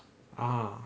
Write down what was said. ah